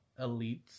elites